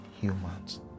humans